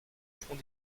fond